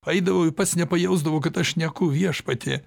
eidavau ir pats nepajausdavau kad aš šneku viešpatie